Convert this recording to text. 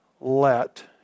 let